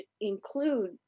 include